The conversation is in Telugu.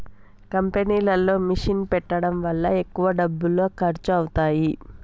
కంపెనీలో మిషన్ పెట్టడం వల్ల ఎక్కువ డబ్బులు ఖర్చు అవుతాయి